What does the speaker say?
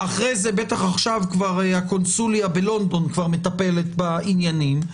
בין זה שעכשיו בטח כבר הקונסוליה בלונדון מטפלת בעניינים,